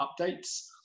updates